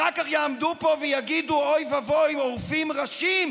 אחר כך יעמדו פה ויגידו: אוי ואבוי, עורפים ראשים.